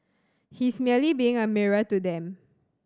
he's merely being a mirror to them